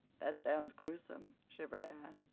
that sounds gruesome, shivered anne.